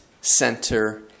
center